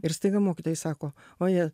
ir staiga mokytojai sako vaje